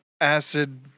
Acid